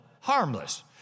harmless